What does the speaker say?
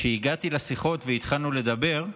כשהגעתי לשיחות והתחלנו לדבר,